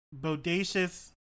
bodacious